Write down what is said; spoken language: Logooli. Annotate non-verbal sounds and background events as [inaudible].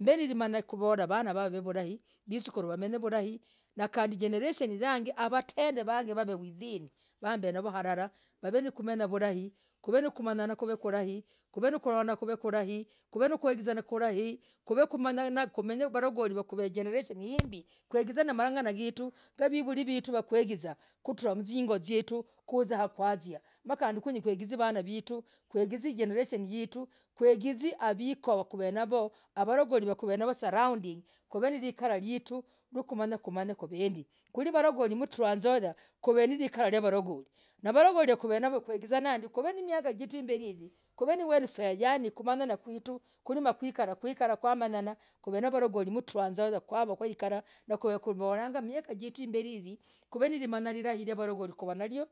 Mb [hesitation] nalimenyah kuvolah vanaa vag [hesitation] wamenye vulai visukuruu vag [hesitation] nandii jenereshen yag [hesitation] wavatend [hesitation] wav [hesitation] widhinii nambemoyo halalah wavenakumenyah wave [hesitation] valai kuv [hesitation] nakumanyanah kuv [hesitation] kurai kuv [hesitation] nololah kuv [hesitation] kurai kuv [hesitation] nakwiginana kurai kuv [hesitation] kumanyanaa kumenye ku varagoli jenereshen yasai ni himbii kugizan [hesitation] mang'ana geetu na mavulii vetuu wakwigizaa kutrah mzingoo yetuu kuzaa wakwazia nandii kwenyii kweegize [hesitation] vanaaa vetuu kweegize [hesitation] jenereshen yetu kweegize [hesitation] hawikoo avagoli kuv [hesitation] navoo saround kuv [hesitation] narikarah yetuu kuv [hesitation] makumanyah kuveendii kwiri varagoli waa tranzoyaaa kuv [hesitation] nirikarayavaragoli wavaragoli kuvenaayoo kwegizanaa ndii kuv [hesitation] miingah kuvenachoo imbel [hesitation] hii kuv [hesitation] na welfare yani kumanyanaa kwitu kwiri kwikara kwikara kwakumanyanah varagoli vetuu wah tranzoyaa kuve na kwakarah nakuvolah ndiii miaga jetuu himbere hiriii kuv [hesitation] namimah lilai ya valagoli kev [hesitation] nayoo